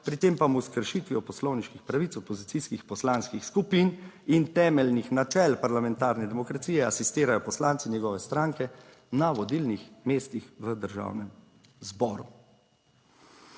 pri tem pa mu s kršitvijo poslovniških pravic opozicijskih poslanskih skupin in temeljnih načel parlamentarne demokracije asistirajo poslanci njegove stranke na vodilnih mestih v Državnem zboru.